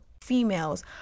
females